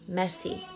messy